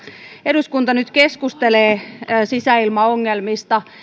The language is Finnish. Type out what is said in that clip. eduskunta nyt keskustelee sisäilmaongelmista